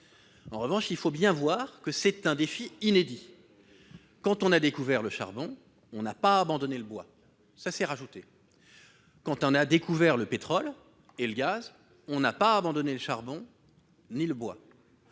En revanche, il faut bien se rendre compte que ce défi est inédit. Quand on a découvert le charbon, on n'a pas abandonné le bois : il s'est ajouté. Quand on a découvert le pétrole et le gaz, on n'a abandonné ni le charbon ni le bois.